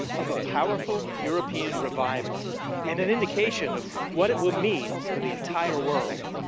of a powerful european revival and an indication of what it will mean for the entire world.